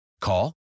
Call